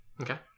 Okay